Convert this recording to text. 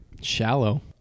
shallow